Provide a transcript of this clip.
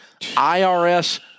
IRS